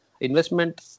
investment